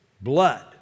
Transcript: blood